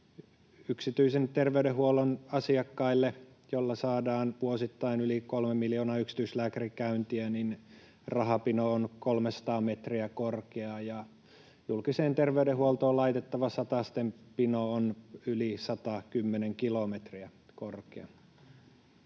yksityisen terveydenhuollon asiakkaille rahapino, jolla saadaan vuosittain yli kolme miljoonaa yksityislääkärikäyntiä, on 300 metriä korkea, ja julkiseen terveydenhuoltoon laitettava satasten pino on yli 110 kilometriä korkea.